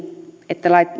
että